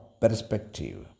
perspective